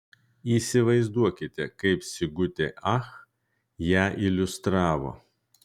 įsivaizduokite kaip sigutė ach ją iliustravo